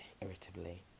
irritably